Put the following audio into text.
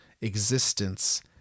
Existence